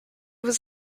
was